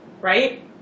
right